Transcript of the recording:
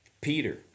Peter